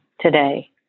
today